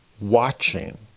watching